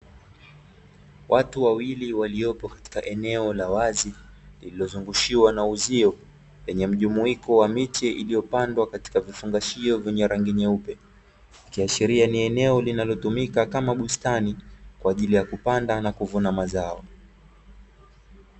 Watu wawili waliopo katika eneo la wazi lililozungushiwa na uzio, lenye mjumuiko wa miti iliyopandwa katika vifungashio vyenye rangi nyeupe. Ikiashiria ni eneo linalotumika kama bustani kwa ajili ya kupanda na kuvuna mazao.